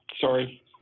sorry